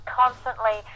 constantly